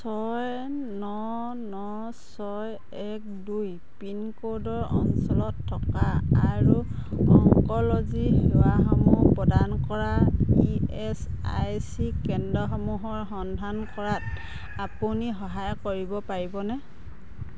ছয় ন ন ছয় এক দুই পিনক'ডৰ অঞ্চলত থকা আৰু অংক'লজি সেৱাসমূহ প্ৰদান কৰা ই এচ আই চি কেন্দ্ৰসমূহৰ সন্ধান কৰাত আপুনি সহায় কৰিব পাৰিবনে